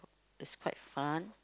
it's quite fun